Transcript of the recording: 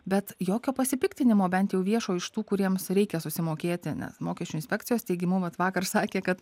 bet jokio pasipiktinimo bent jau viešo iš tų kuriems reikia susimokėti ne mokesčių inspekcijos teigimu vat vakar sakė kad